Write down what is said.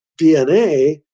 DNA